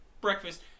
breakfast